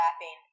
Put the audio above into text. laughing